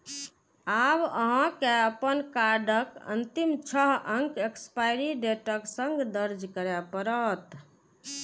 आब अहां के अपन कार्डक अंतिम छह अंक एक्सपायरी डेटक संग दर्ज करय पड़त